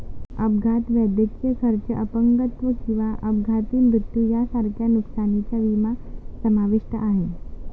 अपघात, वैद्यकीय खर्च, अपंगत्व किंवा अपघाती मृत्यू यांसारख्या नुकसानीचा विमा समाविष्ट आहे